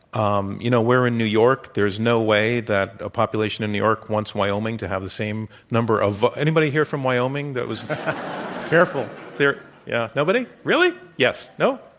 um you know, we're in new york. there is no way that a population in new york wants wyoming to have the same number of anybody here from wyoming that was careful. there yeah. nobody? really? yes? no.